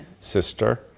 sister